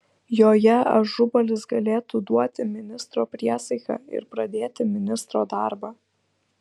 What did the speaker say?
joje ažubalis galėtų duoti ministro priesaiką ir pradėti ministro darbą